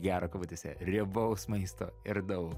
gero kabutėse riebaus maisto ir daug